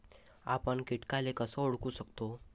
आपन कीटकाले कस ओळखू शकतो?